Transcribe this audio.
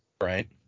Right